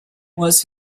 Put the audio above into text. was